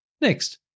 Next